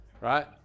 right